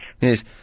Yes